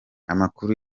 amakuru